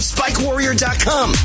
SpikeWarrior.com